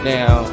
Now